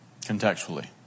contextually